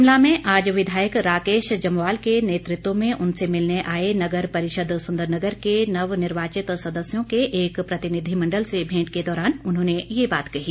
शिमला में आज विधायक राकेश जम्वाल के नेतृत्व में उनसे मिलने आए नगर परिषद सुंदरनगर के नवनिर्वाचित सदस्यों के एक प्रतिनिधिमंडल से भेंट के दौरान उन्होंने ये बात कही